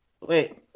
Wait